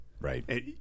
Right